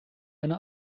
eine